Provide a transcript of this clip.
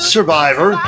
Survivor